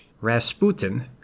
Rasputin